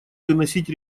выносить